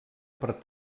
per